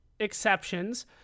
exceptions